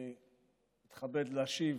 מתקנים אותי.